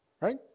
right